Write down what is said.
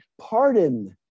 pardon